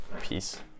Peace